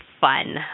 fun